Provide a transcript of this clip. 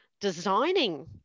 designing